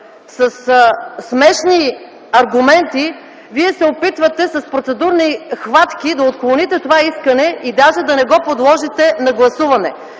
смешни аргументи Вие се опитвате с процедурни хватки да отклоните това искане и даже да не го подложите на гласуване.